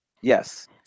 Yes